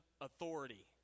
authority